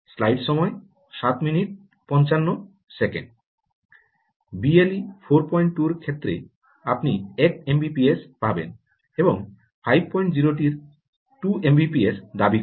BLE 42 এর ক্ষেত্রে আপনি 1 এমবিপিএস পাবেন এবং 50 টি 2 এমবিপিএস দাবি করে